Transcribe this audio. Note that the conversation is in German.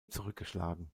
zurückgeschlagen